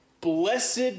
Blessed